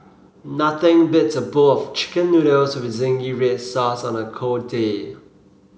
nothing beats a bowl of chicken noodles with zingy red sauce on a cold day